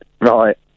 Right